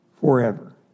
forever